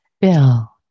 Bill